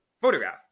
photograph